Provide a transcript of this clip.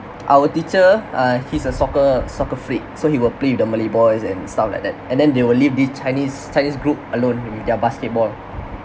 our teacher uh he's a soccer soccer freak so he will play with the malay boys and stuff like that and then they will leave this chinese chinese group alone with their basketball